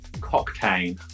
Cocktail